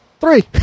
three